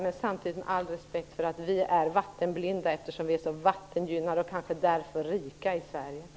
Samtidigt måste man ha all respekt för att vi är "vattenblinda", eftersom vi är så vattengynnade, och kanske därför rika i Sverige.